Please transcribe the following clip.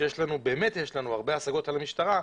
שבאמת יש לנו הרבה השגות על המשטרה,